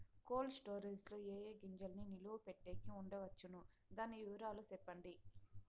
Cold storage లో ఏ ఏ గింజల్ని నిలువ పెట్టేకి ఉంచవచ్చును? దాని వివరాలు సెప్పండి?